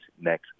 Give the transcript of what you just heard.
next